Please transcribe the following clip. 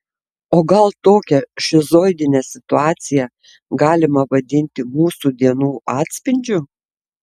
o gal tokią šizoidinę situaciją galima vadinti mūsų dienų atspindžiu